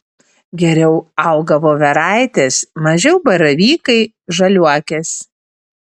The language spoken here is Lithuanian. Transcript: geriau auga voveraitės mažiau baravykai žaliuokės